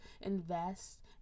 invest